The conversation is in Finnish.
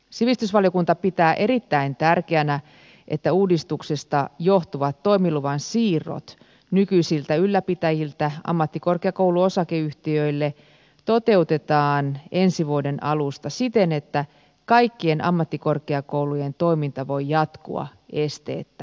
sivistysvaliokunta pitää erittäin tärkeänä että uudistuksesta johtuvat toimiluvan siirrot nykyisiltä ylläpitäjiltä ammattikorkeakouluosakeyhtiöille toteutetaan ensi vuoden alusta siten että kaikkien ammattikorkeakoulujen toiminta voi jatkua esteettä